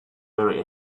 very